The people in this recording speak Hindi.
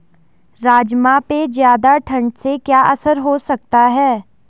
राजमा पे ज़्यादा ठण्ड से क्या असर हो सकता है?